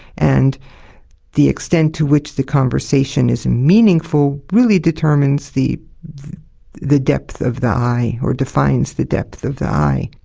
and the extent to which the conversation is meaningful really determines the the depth of the i, or defines the depth of the i.